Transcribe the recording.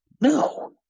No